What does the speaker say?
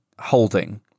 Holding